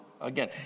again